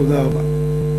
תודה רבה.